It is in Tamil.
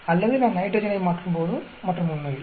அல்லது நான் நைட்ரஜனை மாற்றும்போது மற்றும் உண்மையில்